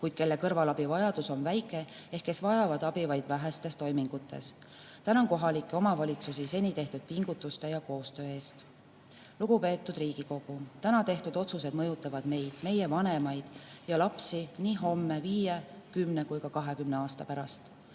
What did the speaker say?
kuid kelle kõrvalabi vajadus on väike ja kes vajavad abi vaid vähestes toimingutes. Tänan kohalikke omavalitsusi seni tehtud pingutuste ja koostöö eest. Lugupeetud Riigikogu! Täna tehtud otsused mõjutavad meid, meie vanemaid ja lapsi nii homme, viie, kümne kui ka 20 aasta pärast.